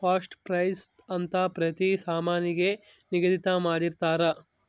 cost price ಅಂತ ಪ್ರತಿ ಸಾಮಾನಿಗೆ ನಿಗದಿ ಮಾಡಿರ್ತರ